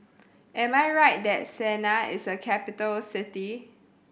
am I right that Sanaa is a capital city